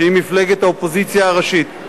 שהיא מפלגת האופוזיציה הראשית,